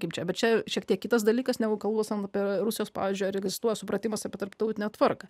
kaip čia bet čia šiek tiek kitas dalykas negu kalbant apie rusijos pavyzdžiui ar egzistuoja supratimas apie tarptautinę tvarką